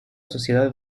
sociedad